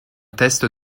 teste